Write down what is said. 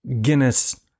Guinness